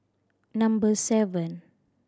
number seven